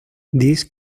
this